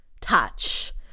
touch